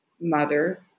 mother